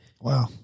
Wow